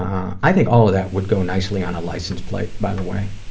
i think all of that would go nicely on a license plate by the way.